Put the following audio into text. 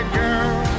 girl